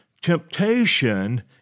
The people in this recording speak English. temptation